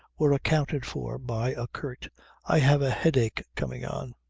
were accounted for by a curt i have a headache coming on.